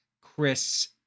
Chris